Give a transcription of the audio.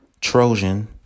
Trojan